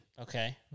Okay